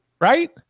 right